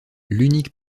l’unique